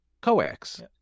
Coax